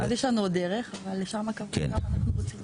יש לנו עוד דרך, אבל לשם אנחנו רוצים להגיע.